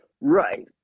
right